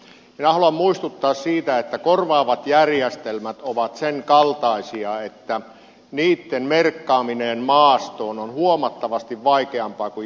minä haluan muistuttaa siitä että korvaavat järjestelmät ovat sen kaltaisia että niitten merkkaaminen maastoon on huomattavasti vaikeampaa kuin jalkaväkimiinojen